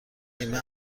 نیمه